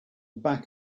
back